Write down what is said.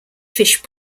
fish